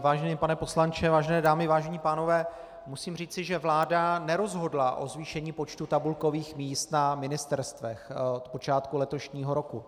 Vážený pane poslanče, vážené dámy, vážení pánové, musím říci, že vláda nerozhodla o zvýšení počtu tabulkových míst na ministerstvech od počátku letošního roku.